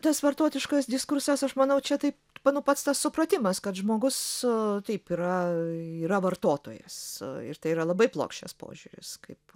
tas vartotojiškas diskursas aš manau čia taip nu pats tas supratimas kad žmogus taip yra yra vartotojas ir tai yra labai plokščias požiūris kaip